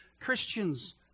Christians